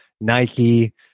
Nike